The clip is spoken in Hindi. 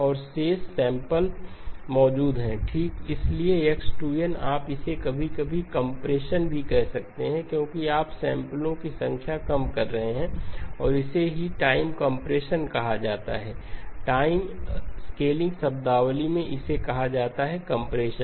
और शेष सैंपल्स मौजूद हैं ठीक इसलिए x2n आप इसे कभी कभी कंप्रेशन भी कह सकते हैं क्योंकि आप सैंपलो की संख्या कम कर रहे हैं और इसे ही टाइम कंप्रेशन भी कहा जाता है टाइम स्केलिंग शब्दावली में इसे कहा जाता है कंप्रेशन